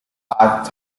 odd